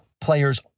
players